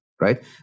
right